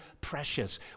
precious